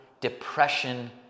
depression